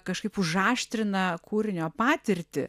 kažkaip užaštrina kūrinio patirtį